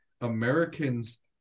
Americans